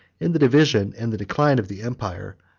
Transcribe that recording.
in the division and the decline of the empire,